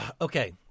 Okay